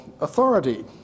authority